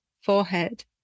forehead